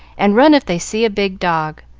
and run if they see a big dog.